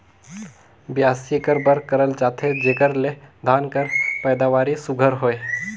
बियासी एकर बर करल जाथे जेकर ले धान कर पएदावारी सुग्घर होए